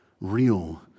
real